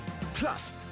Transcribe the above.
Plus